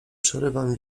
przerywam